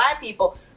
people